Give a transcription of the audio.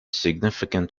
significant